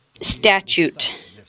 statute